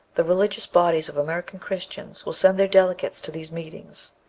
the religious bodies of american christians will send their delegates to these meetings.